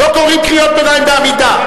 לא קוראים קריאות ביניים בעמידה.